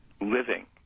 living